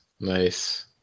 Nice